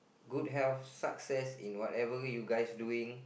good health success in whatever you guys doing